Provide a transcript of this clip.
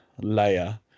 layer